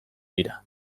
dira